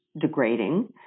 degrading